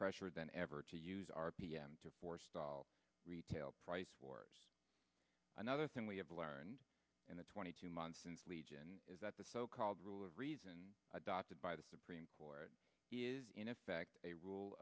pressure than ever to use r p m to forestall retail price wars another thing we have learned in the twenty two months since legion is that the so called rule of reason adopted by the supreme court is in effect a rule